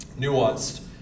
nuanced